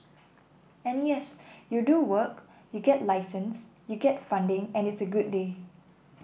and yes you do work you get a license you get funding and it's a good day